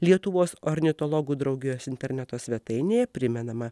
lietuvos ornitologų draugijos interneto svetainėje primenama